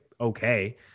okay